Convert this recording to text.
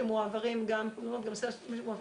שמועברים גם לסוכנות,